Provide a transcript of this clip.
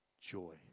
joy